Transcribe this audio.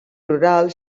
rural